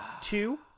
two